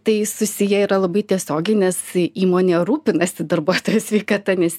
tai susiję yra labai tiesiogiai nes įmonė rūpinasi darbuotojų sveikata nes